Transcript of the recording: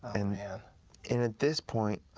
and yeah and at this point, i